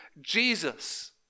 Jesus